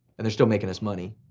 and they're still making us money.